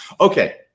Okay